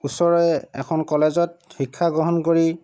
ওচৰৰে এখন কলেজত শিক্ষা গ্ৰহণ কৰি